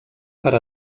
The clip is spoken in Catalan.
per